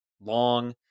long